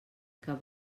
cap